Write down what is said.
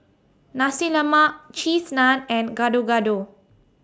Nasi Lemak Cheese Naan and Gado Gado